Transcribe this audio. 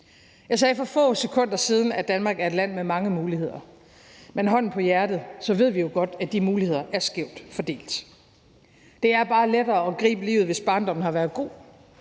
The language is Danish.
Jeg sagde for få sekunder siden, at Danmark er et land med mange muligheder. Men – hånden på hjertet – vi ved jo godt, at de muligheder er skævt fordelt. Det er bare lettere at gribe livet, hvis barndommen har været god.